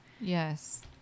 Yes